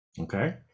Okay